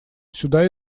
сюда